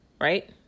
right